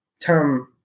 term